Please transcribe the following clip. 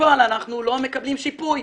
ובפועל אנחנו לא מקבלים שיפוי.